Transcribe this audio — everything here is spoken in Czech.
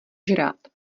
žrát